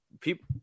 people